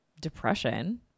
depression